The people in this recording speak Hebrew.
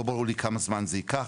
לא ברור לי כמה זמן זה ייקח,